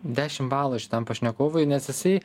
dešim balų šitam pašnekovui nes jisai